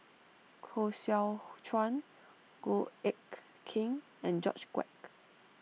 Koh Seow Chuan Goh Eck Kheng and George Quek